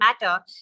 matter